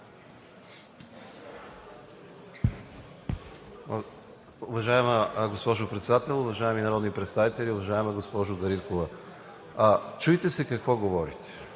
Уважаема госпожо Председател, уважаеми народни представители! Уважаема госпожо Дариткова, чуйте се какво говорите.